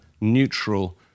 neutral